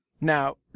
Now